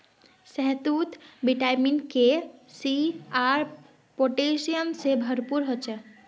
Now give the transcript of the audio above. शहतूत vitamin K, C आर potassium से भरपूर ह छे